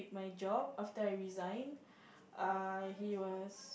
my job after I resign uh he was